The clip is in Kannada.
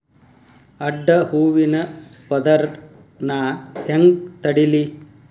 ಅಡ್ಡ ಹೂವಿನ ಪದರ್ ನಾ ಹೆಂಗ್ ತಡಿಲಿ?